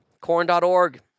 corn.org